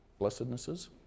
Blessednesses